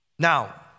Now